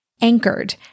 Anchored